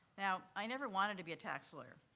now, i never wanted to be a tax lawyer.